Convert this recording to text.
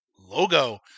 logo